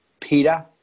Peter